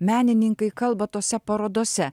menininkai kalba tose parodose